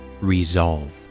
resolve